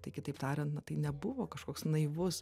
tai kitaip tarian na tai nebuvo kažkoks naivus